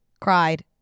cried